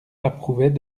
approuvait